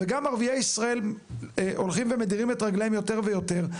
וגם ערביי ישראל הולכים ומדירים את רגליהם יותר ויותר,